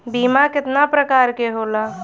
बीमा केतना प्रकार के होला?